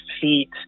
feet